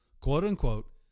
quote-unquote